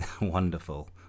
Wonderful